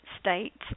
states